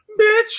bitch